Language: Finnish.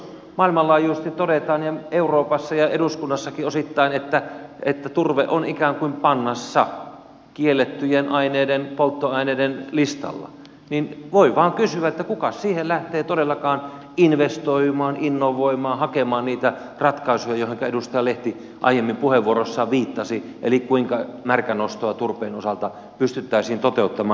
jos maailmanlaajuisesti todetaan ja euroopassa ja eduskunnassakin osittain että turve on ikään kuin pannassa kiellettyjen polttoaineiden listalla niin voi vain kysyä kukas siihen lähtee todellakaan investoimaan innovoimaan hakemaan niitä ratkaisuja joihinka edustaja lehti aiemmin puheenvuorossaan viittasi siihen kuinka märkänostoa turpeen osalta pystyttäisiin toteuttamaan